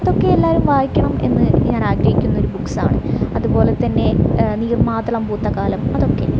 ഇതൊക്കെ എല്ലാവരും വായിക്കണം എന്നു ഞാനാഗ്രഹിക്കുന്ന ഒരു ബുക്ക്സാണ് അതുപോലെ തന്നെ നീർമാദളം പൂത്തകാലം അതൊക്കെ